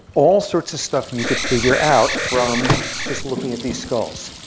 all sorts of stuff you could figure out from just looking at these skulls.